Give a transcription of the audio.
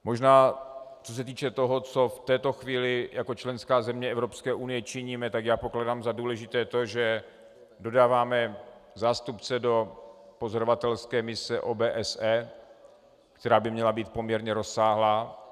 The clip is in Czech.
Možná co se týče toho, co v této chvíli jako členská země Evropské unie činíme, já pokládám za důležité to, že dodáváme zástupce do pozorovatelské mise OBSE, která by měla být poměrně rozsáhlá.